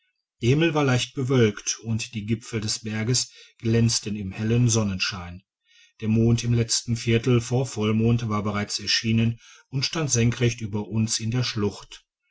himmel war leichbewölkt und die gipfel des berges glänzten im hellen sonnenschein der mond im letzten viertel vor vollmond war bereits erschienen u stand senkrecht über uns in der schlucht